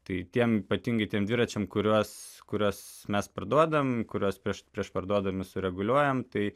tai tiem ypatingai tiem dviračiam kuriuos kuriuos mes parduodam kuriuos prieš prieš parduodami sureguliuojam tai